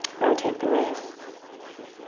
rotate the wrists.